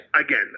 Again